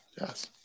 Yes